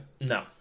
No